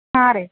ಹಾಂ ರೀ